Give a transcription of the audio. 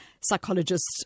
psychologists